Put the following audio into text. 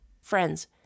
Friends